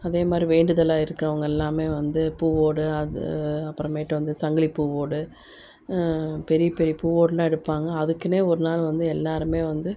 அதே மாதிரி வேண்டுதலாக இருக்கிறவங்க எல்லாமே வந்து பூவோடு அது அப்புறமேட்டு வந்து சங்கலி பூவோடு பெரிய பெரிய பூவோடெலாம் எடுப்பாங்க அதுக்கெனே ஒரு நாள் வந்து எல்லாேருமே வந்து